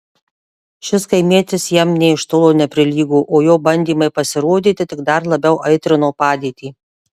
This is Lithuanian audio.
šis kaimietis jam nė iš tolo neprilygo o jo bandymai pasirodyti tik dar labiau aitrino padėtį